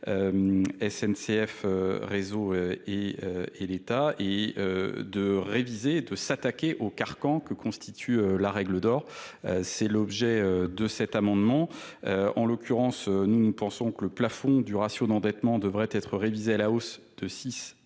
c f réseau et et l'état et de réviser et de s'attaquer au carcan que constitue la règle d'or c'est l'objet de cet amendement en l'occurrence nous nous pensons as que le plafond du ratio d'endettement devrait être révisé à la hausse de s